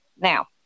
Now